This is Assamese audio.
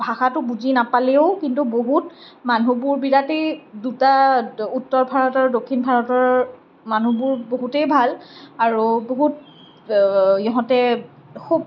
ভাষাটো বুজি নাপালেও কিন্তু বহুত মানুহবোৰ বিৰাটেই দুটা উত্তৰ ভাৰতৰ দক্ষিণ ভাৰতৰ মানুহবোৰ বহুতেই ভাল আৰু বহুত ইহঁতে খুব